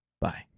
Bye